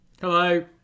Hello